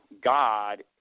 God